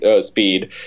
speed